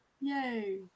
Yay